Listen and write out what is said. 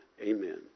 Amen